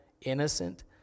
innocent